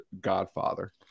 Godfather